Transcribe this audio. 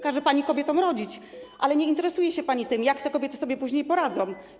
Każe pani kobietom rodzić, ale nie interesuje się pani tym, jak te kobiety sobie później poradzą.